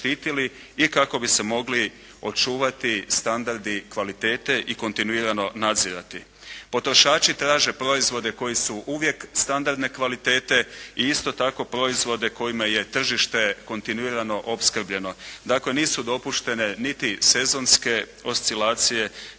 i kako bi se mogli očuvati standardi kvalitete i kontinuirano nadzirati. Potrošači traže proizvode koji su uvijek standardne kvalitete i isto tako proizvodi kojima je tržište kontinuirano opskrbljeno, dakle nisu dopuštene niti sezonske oscilacije